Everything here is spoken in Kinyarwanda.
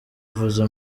uvuze